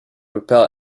repel